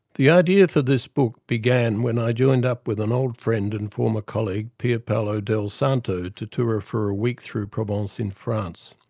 the idea for this book began when i joined up with an old friend and former colleague, pier paolo delsanto, to tour for a week through provence in france.